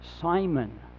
Simon